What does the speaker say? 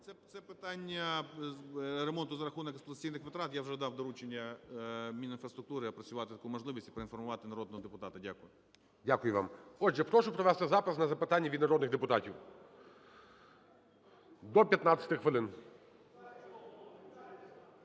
Це питання ремонту за рахунок експлуатаційних витрат, я вже дав дорученняМінінфраструктури опрацювати таку можливість і поінформувати народного депутата. Дякую. ГОЛОВУЮЧИЙ. Дякую вам. Отже, прошу провести запис на запитання від народних депутатів. До 15 хвилин.